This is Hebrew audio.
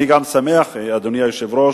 אני גם שמח, אדוני היושב-ראש,